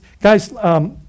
guys